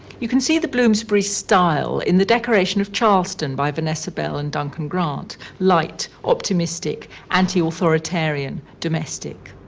you can see the bloomsbury style in the decoration of charleston by vanessa bell and duncan grant light, optimistic, anti-authoritarianism domestic.